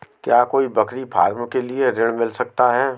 क्या कोई बकरी फार्म के लिए ऋण मिल सकता है?